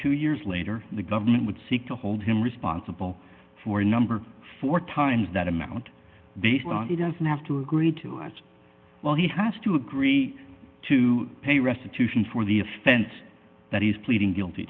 two years later the government would seek to hold him responsible for number four times that amount based on he doesn't have to agree to well he has to agree to pay restitution for the offense that he's pleading guilty